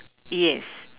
yes